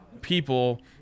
people